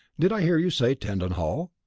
did i hear you say tettenhall?